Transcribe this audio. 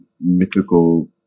mythical